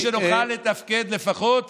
בשביל שנוכל לתפקד לפחות